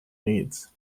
needs